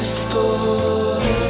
score